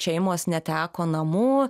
šeimos neteko namų